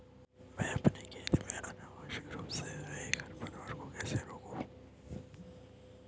मैं अपने खेत में अनावश्यक रूप से हो रहे खरपतवार को कैसे रोकूं?